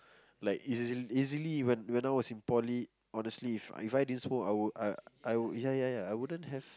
like easily easily when when I was in poly honestly if If I didn't smoke I would I I would ya ya ya I wouldn't have